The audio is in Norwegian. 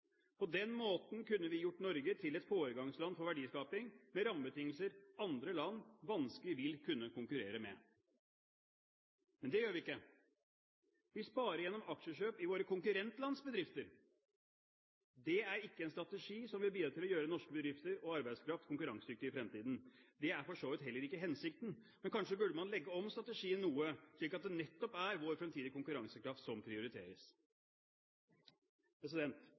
På den måten kunne vi gjort Norge til et foregangsland for verdiskaping, med rammebetingelser andre land vanskelig vil kunne konkurrere med. Men det gjør vi ikke. Vi sparer gjennom aksjekjøp i våre konkurrentlands bedrifter. Det er ikke en strategi som vil bidra til å gjøre norske bedrifter og norsk arbeidskraft konkurransedyktig i fremtiden. Det er for så vidt heller ikke hensikten. Men kanskje burde man legge om strategien noe, slik at det nettopp er vår fremtidige konkurransekraft som prioriteres.